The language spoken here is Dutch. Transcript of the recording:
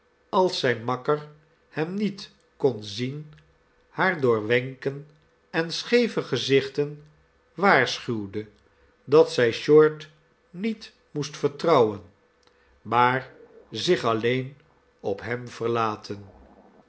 als zijn makker hem niet kon zien haar door wenken en scheeve gezichten waarschuwde dat zij short niet moest vertrouwen maar zich alleen op hem verlaten